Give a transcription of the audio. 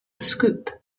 scoop